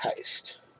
heist